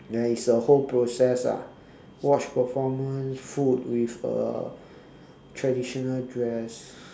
there is a whole process ah watch performance food with uh traditional dress